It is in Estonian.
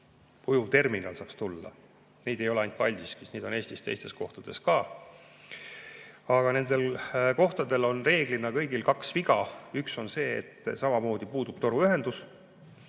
ujuvterminal saaks tulla, ei ole ainult Paldiskis, neid on Eestis teistes kohtades ka. Aga kõigil nendel kohtadel on reeglina kaks viga. Üks on see, et samamoodi puudub toruühendus.